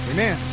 Amen